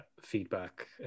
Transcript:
feedback